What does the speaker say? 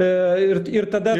ir ir tada